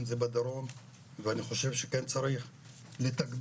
אם זה בדרום ואני חושב שכן צריך לתגבר